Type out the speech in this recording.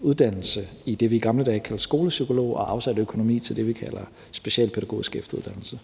uddannelse til det, vi i gamle dage kaldte skolepsykolog, og afsat økonomi til det, vi kalder specialpædagogisk efteruddannelse.